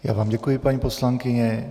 Já vám děkuji, paní poslankyně.